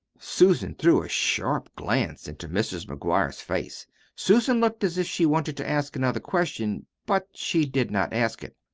susan threw a sharp glance into mrs. mcguire's face. susan looked as if she wanted to ask another question. but she did not ask it.